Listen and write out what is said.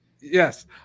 Yes